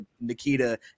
Nikita